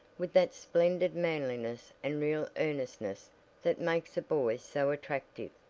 with that splendid manliness and real earnestness that makes a boy so attractive,